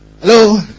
Hello